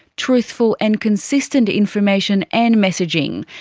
truthful and consistent information and messaging.